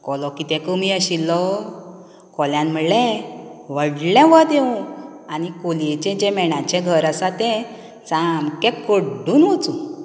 कोलो कितें कमी आशिल्लो कोल्यान म्हणलें व्हडलें वोत येवूं आनी कोलयेचें जे मेणाचें घर आसा तें सामकें कड्डून वचूं